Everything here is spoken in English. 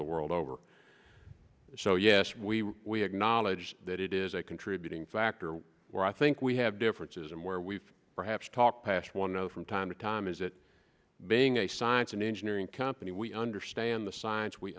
the world over so yes we we acknowledge that it is a contributing factor where i think we have differences and where we've perhaps talked past one know from time to time is that being a science and engineering company we understand the science we